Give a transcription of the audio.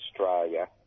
Australia